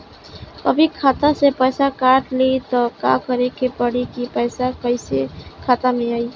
कभी खाता से पैसा काट लि त का करे के पड़ी कि पैसा कईसे खाता मे आई?